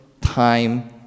time